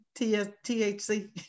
THC